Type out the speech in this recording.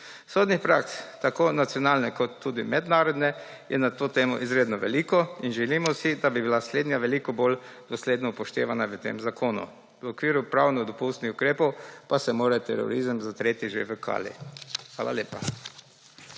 Sodnih praks, tako nacionalnih kot tudi mednarodnih, je na to temo izredno veliko in želimo si, da bila slednja veliko bolj dosledno upoštevana v tem zakonu. V okviru pravno dopustnih ukrepov pa se mora terorizem zatreti že v kali. Hvala lepa.